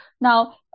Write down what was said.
Now